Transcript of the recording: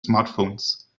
smartphones